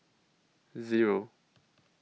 Zero